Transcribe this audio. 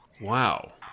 Wow